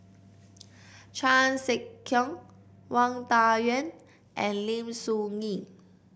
Chan Sek Keong Wang Dayuan and Lim Soo Ngee